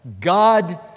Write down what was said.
God